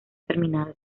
terminado